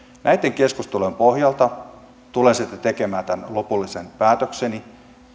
näitten keskustelujen pohjalta tulen sitten tekemään tämän lopullisen päätökseni